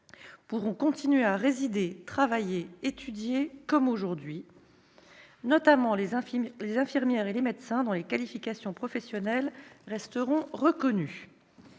pourront continuer à y résider, travailler et étudier comme aujourd'hui, notamment les infirmières et les médecins, dont les qualifications professionnelles resteront reconnues.